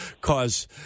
cause